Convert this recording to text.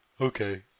okay